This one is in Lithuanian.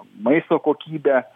maisto kokybę